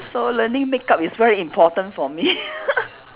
so learning makeup is very important for me